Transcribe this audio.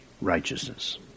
righteousness